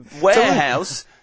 warehouse